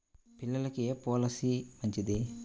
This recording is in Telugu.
పిల్లలకు ఏ పొలసీ మంచిది?